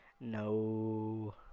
no